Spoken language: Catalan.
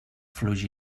fluix